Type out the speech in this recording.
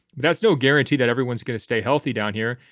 that's no guarantee that everyone's going to stay healthy down here.